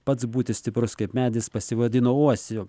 pats būti stiprus kaip medis pasivadino uosiu